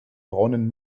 braunen